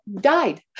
died